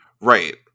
Right